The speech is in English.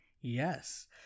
Yes